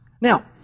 Now